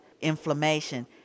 inflammation